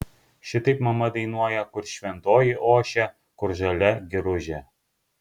šitaip mama dainuoja kur šventoji ošia kur žalia giružė